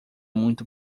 muito